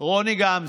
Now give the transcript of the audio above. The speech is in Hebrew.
רוני גמזו,